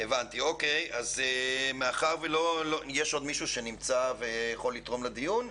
יש עוד מישהו שנמצא ויכול לתרום לדיון?